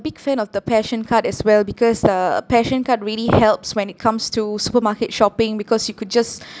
big fan of the PAssion card as well because uh a PAssion card really helps when it comes to supermarket shopping because you could just